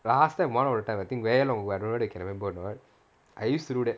last time one of the time I think very long ago I don't know whether you can remember or not I used to do that